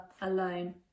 alone